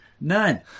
none